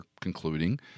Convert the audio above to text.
concluding